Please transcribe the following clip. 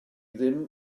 ddim